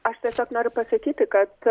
aš tiesiog noriu pasakyti kad